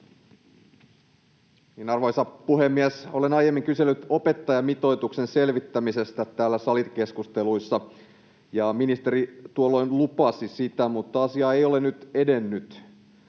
Arvoisa puhemies! Olen aiemmin kysellyt opettajamitoituksen selvittämisestä täällä salikeskusteluissa, ja ministeri tuolloin lupasi sitä, mutta asia ei ole nyt edennyt.